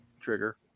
trigger